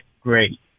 great